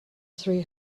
three